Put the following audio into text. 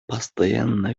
постоянно